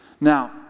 Now